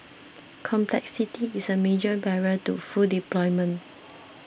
complexity is a major barrier to full deployment